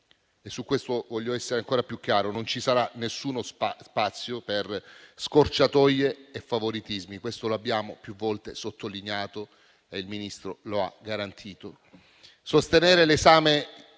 e su questo voglio essere ancora più chiaro: non ci sarà alcuno spazio per scorciatoie e favoritismi, come abbiamo più volte sottolineato e come il Ministro ha garantito.